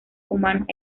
humanos